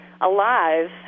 alive